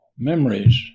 memories